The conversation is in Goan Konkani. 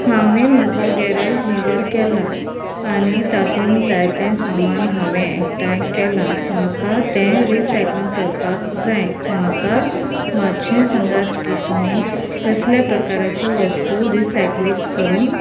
हांवें म्हजो गॅरेज निवळ केला आनी तातूंत जायतें सामान हांवें एकठांय केलां म्हाका तें रिसायक्लींग करपाक जाय म्हाका मातशें सांगात की तुमी कसल्या प्रकाराच्यो वस्तू रिसायकलींग करूंक